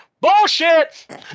Bullshit